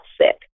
sick